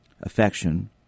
affection